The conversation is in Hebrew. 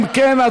אם כן,